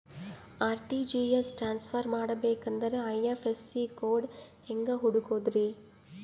RTGS transfer ಮಾಡಬೇಕೆಂದರೆ IFSC code ಹೆಂಗ್ ಹುಡುಕೋದ್ರಿ?